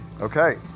Okay